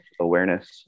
awareness